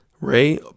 Ray